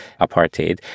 apartheid